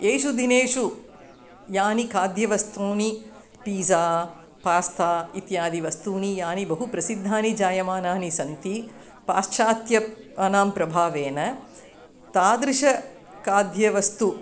येषु दिनेषु यानि खाद्यवस्तूनि पीजा पास्ता इत्यादि वस्तूनि यानि बहु प्रसिद्धानि जायमानानि सन्ति पाश्चात्यानां प्रभावेन तादृश खाद्यवस्तूनि